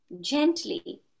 gently